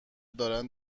دارن